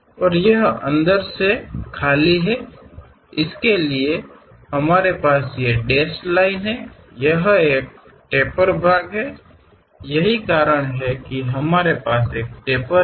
और यह अंदर से खालीहै कि इसके लिए हमारे पास ये डेश लाइनें हैं यह एक टेपर भाग है यही कारण है कि हमारे पास एक टेपर है